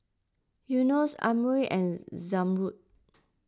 Yunos Amirul and Zamrud